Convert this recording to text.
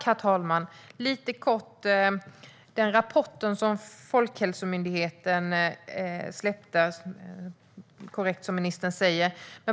Herr talman! Låt mig kort säga något om den rapport som Folkhälsomyndigheten släppte.